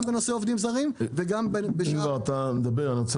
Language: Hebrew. גם בנושא עובדים זרים --- אתה מדבר על השאלה